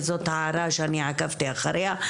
וזאת הערה שאני עקבתי אחריה.